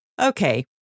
Okay